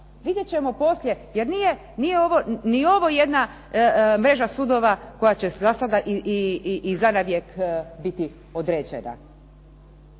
Vidjet ćemo poslije. Jer nije ovo ni jedna mreža sudova koja će za svagda i za navijek biti određena.